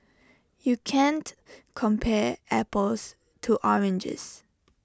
you can't compare apples to oranges